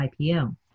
IPO